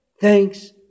Thanks